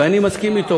ואני מסכים אתו.